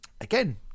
again